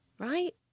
Right